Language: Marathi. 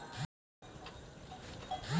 मले चार एकर वावरावर कितीक कृषी कर्ज भेटन?